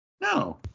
No